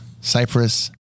Cyprus